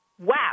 Wow